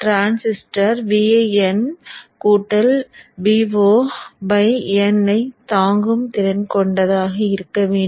transistor Vin Vo n ஐ தாங்கும் திறன் கொண்டதாக இருக்க வேண்டும்